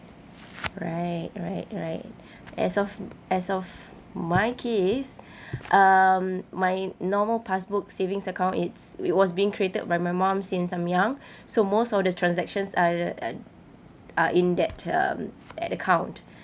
right right right as of as of my case uh my normal passbook savings account it's it was being created by my mom since I'm young so most of the transactions are are are in that um that account